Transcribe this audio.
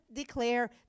declare